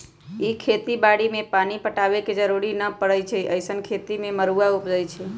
इ खेती बाड़ी में पानी पटाबे के जरूरी न परै छइ अइसँन खेती में मरुआ उपजै छइ